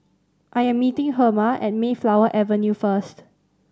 I am meeting Herma at Mayflower Avenue first